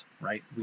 right